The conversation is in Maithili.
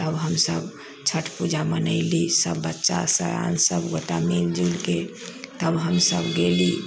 तब हमसब छठ पूजा मनैली सब बच्चा सयान सबगोटा मिलि जुलिके तब हमसब गेली